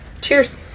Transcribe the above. Cheers